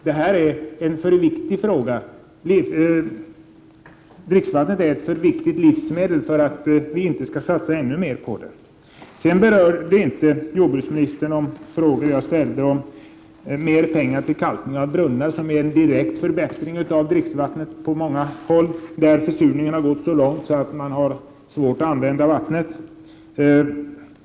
Det här är en alltför viktig fråga, dricksvattnet är ett alltför viktigt livsmedel för att vi inte skall satsa ännu mer pengar på det. Jordbruksministern berörde inte de frågor som jag ställde om mer pengar till kalkning av brunnar, ett förfarande som innebär en direkt förbättring av dricksvattnet på många håll där försurningen har gått så långt att det är svårt att använda vattnet.